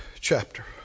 chapter